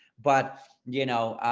but you know,